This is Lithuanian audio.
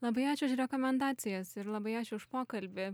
labai ačiū už rekomendacijas ir labai ačiū už pokalbį